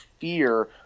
fear